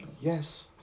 Yes